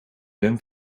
ben